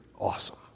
awesome